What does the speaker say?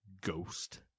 Ghost